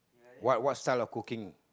what what style of cooking